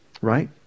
right